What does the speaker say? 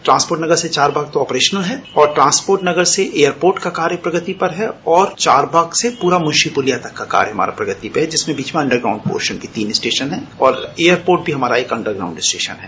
transport Nagar से Charbagh operational ह और ट्रांसपोर्ट नगर से एयरपोर्ट का कार्य प्रगति पर है और चारबाग से पूरा मुंशीपुलिया तक का कार्य हमाराप्रगति पर है जिसमें बीच में अंडरग्राउंड पोर्शन के तीन स्टेशन है और एयरपोर्ट पर हमारा एक अंडरग्रांड स्टेशन है